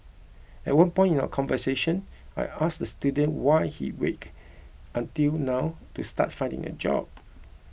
at one point in our conversation I asked the student why he waited until now to start finding a job